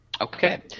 Okay